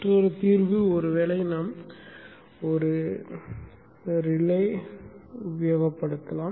மற்றொரு தீர்வுக்கு ஒருவேளை நாம் ஒரு ரிலேஐ பயன்படுத்தலாம்